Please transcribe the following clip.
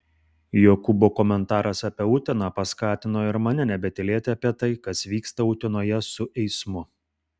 jokūbo komentaras apie uteną paskatino ir mane nebetylėti apie tai kas vyksta utenoje su eismu